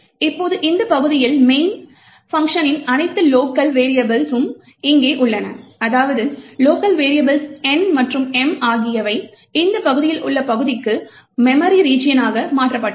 இப்போது இந்த பகுதியில் main செயல்பாட்டிள்ள அனைத்து லோக்கல் வெரியபிள்ஸ்சும் இங்கே உள்ளனர் அதாவது லோக்கல் வெரியபிள்ஸ் N மற்றும் M ஆகியவை இந்த பகுதியில் உள்ள பகுதிக்கு மெமரி ரிஜியனாகமாற்றப்பட்டுள்ளன